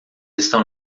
estão